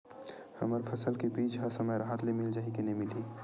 हमर फसल के बीज ह समय राहत ले मिल जाही के नी मिलही?